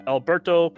Alberto